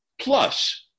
plus